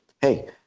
Hey